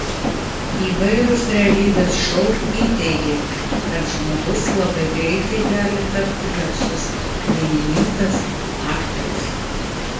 įvairūs realybės šou įteigė kad žmogus labai greitai gali tapti garsus dainininkas aktorius